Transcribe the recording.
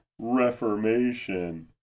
reformation